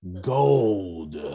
gold